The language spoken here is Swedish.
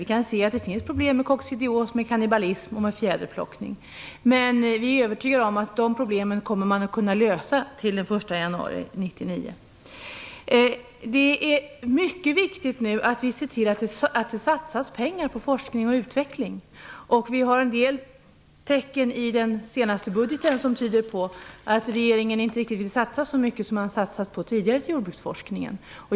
Vi kan se att det finns problem med koccidios, kannibalism och fjäderplockning, men vi är övertygade om att man kommer att kunna lösa dessa problem till den Det är mycket viktigt att vi nu ser till att det satsas pengar på forskning och utveckling. Det finns en del tecken i den senaste budgeten som tyder på att regeringen inte riktigt vill satsa så mycket på jordbruksforskningen som man har gjort tidigare.